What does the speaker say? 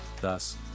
thus